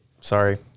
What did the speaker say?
Sorry